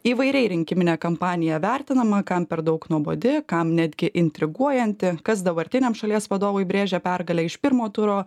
įvairiai rinkiminė kampanija vertinama kam per daug nuobodi kam netgi intriguojanti kas dabartiniam šalies vadovui brėžia pergalę iš pirmo turo